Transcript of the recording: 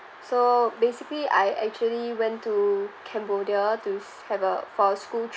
so basically I actually went to cambodia to s~ have a for a school t~